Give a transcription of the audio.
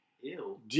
Ew